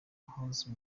hose